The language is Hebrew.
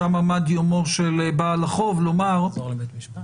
שם עמד יומו של בעל החוב לומר --- לחזור לבית המשפט?